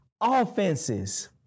offenses